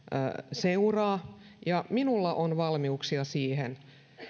seuraa minulla on valmiuksia siihen